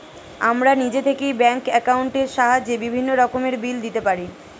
আমরা নিজে থেকেই ব্যাঙ্ক অ্যাকাউন্টের সাহায্যে বিভিন্ন রকমের বিল দিতে পারি